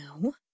No